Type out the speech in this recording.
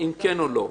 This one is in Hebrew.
אם כן או לא.